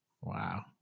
Wow